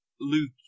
Luke